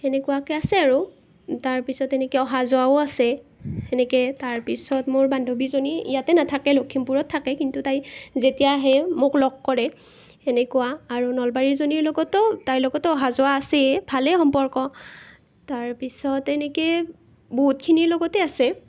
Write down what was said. সেনেকুৱাকৈ আছে আৰু তাৰপিছত তেনেকৈ অহা যোৱাও আছে সেনেকৈ তাৰপিছত মোৰ বান্ধৱীজনী ইয়াতে নেথাকে লখিমপুৰত থাকে কিন্তু তাই যেতিয়া আহে মোক লগ কৰে সেনেকুৱা আৰু নলবাৰীৰজনীৰ লগতো তাইৰ লগতো অহা যোৱা আছেই ভালেই সম্পৰ্ক তাৰপিছত এনেকৈ বহুতখিনিৰ লগতেই আছে